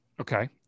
Okay